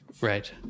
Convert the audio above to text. right